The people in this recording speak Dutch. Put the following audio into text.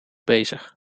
bezig